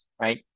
Right